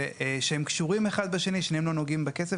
ושהם קשורים אחד בשני: שניהם לא נוגעים בכסף,